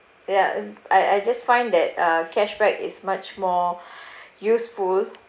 ya and I I just find that uh cashback is much more useful